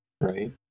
Right